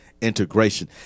integration